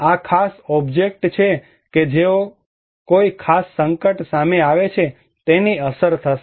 આ ખાસ ઓબ્જેક્ટ કે જે કોઈ ખાસ સંકટ સામે આવે છે તેની અસર થશે